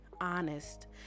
honest